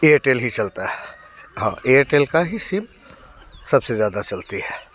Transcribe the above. Airtel ही चलता है हाँ एयटेल का ही सिम सबसे ज़्यादा चलती है